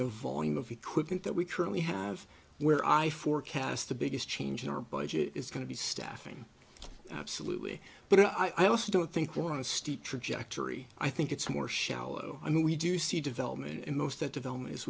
the volume of equipment that we currently have where i forecast the biggest change in our budget is going to be staffing absolutely but i also don't think want to steep trajectory i think it's more shallow i mean we do see development and most that develop